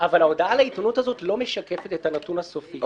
אבל ההודעה לעיתונות הזאת לא משקפת את הנתון הסופי,